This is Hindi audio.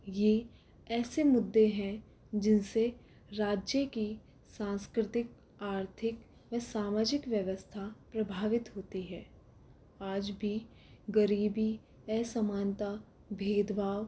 यह ऐसे मुद्दे हैं जिनसे राज्य की सांस्कृतीक आर्थिक व सामाजिक व्यवस्था प्रभावित होती है आज भी गरीबी असमानता भेदभाव